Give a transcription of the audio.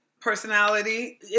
personality